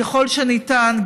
ככל שניתן,